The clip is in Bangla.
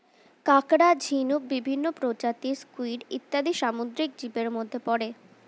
কাঁকড়া, ঝিনুক, বিভিন্ন প্রজাতির স্কুইড ইত্যাদি সামুদ্রিক জীবের মধ্যে পড়ে